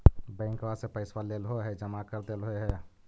बैंकवा से पैसवा लेलहो है जमा कर देलहो हे?